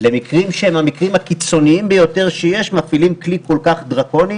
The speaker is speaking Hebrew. למקרים הקיצוניים ביותר בהם מפעילים כלי כל כך דרקוני.